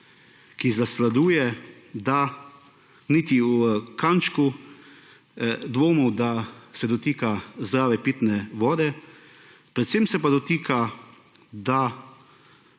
ki zasleduje, da ni niti kančka dvomov, da se dotika zdrave pitne vode, predvsem pa se dotika